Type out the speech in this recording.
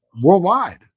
worldwide